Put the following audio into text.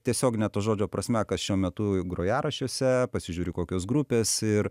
tiesiogine to žodžio prasme kas šiuo metu grojaraščiuose pasižiūriu kokios grupės ir